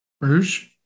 Rouge